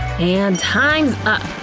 and time's up!